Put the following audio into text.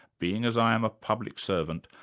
being as i am a public servant,